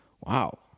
wow